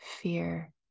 fear